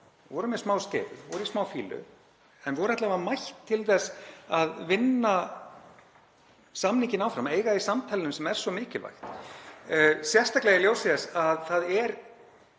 voru með smá skeifu, voru í smá fýlu, en voru alla vega mætt til þess að vinna samninginn áfram, eiga í samtalinu sem er svo mikilvægt, sérstaklega í ljósi þess að það er